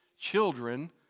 children